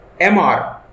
MR